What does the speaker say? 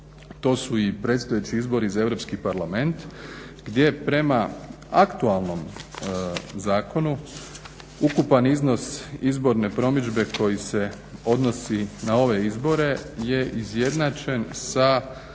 To su i predstojeći izbori za Europski parlament gdje prema aktualnom zakonu ukupan iznos izborne promidžbe koji se odnosi na ove izbore je izjednačen sa